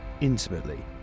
intimately